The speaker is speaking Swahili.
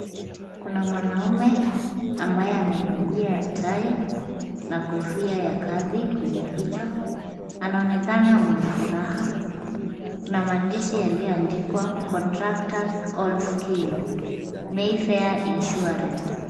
Kuna mwanaume ambaye amevalia tai na kofia ya kazi kwenye kichwa, anaonekana mwenye furaha. Kuna maandishi yaliyoandikwa [ca] contractor all skilled MyFair insurance .